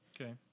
Okay